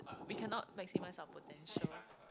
we cannot maximise our potential